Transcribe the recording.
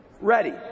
ready